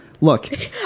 Look